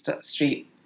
street